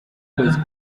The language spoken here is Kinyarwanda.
kwezi